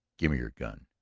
give me your gun,